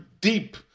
deep